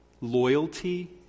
loyalty